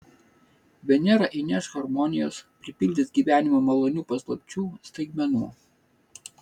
venera įneš harmonijos pripildys gyvenimą malonių paslapčių staigmenų